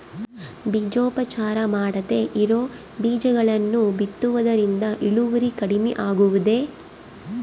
ಬೇಜೋಪಚಾರ ಮಾಡದೇ ಇರೋ ಬೇಜಗಳನ್ನು ಬಿತ್ತುವುದರಿಂದ ಇಳುವರಿ ಕಡಿಮೆ ಆಗುವುದೇ?